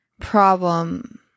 problem